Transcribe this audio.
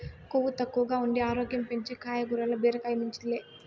కొవ్వు తక్కువగా ఉండి ఆరోగ్యం పెంచే కాయగూరల్ల బీరకాయ మించింది లే